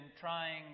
trying